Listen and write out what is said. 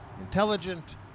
intelligent